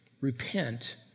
Repent